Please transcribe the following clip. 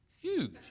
huge